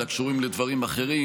אלא קשורים לדברים אחרים,